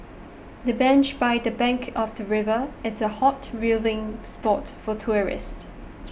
the bench by the bank of the river is a hot viewing spot for tourists